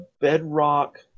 bedrock